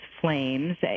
flames